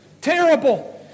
Terrible